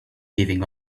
giving